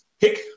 pick